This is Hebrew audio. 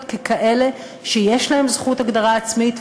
ככאלה שיש להם זכות להגדרה עצמית,